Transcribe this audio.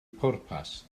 pwrpas